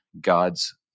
God's